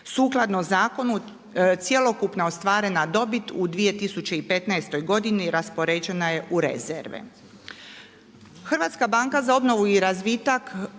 Sukladno zakonu cjelokupna ostvarena dobit u 2015. godini raspoređena je u rezerve.